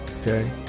Okay